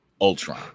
Ultron